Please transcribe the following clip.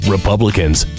Republicans